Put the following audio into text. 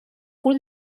cul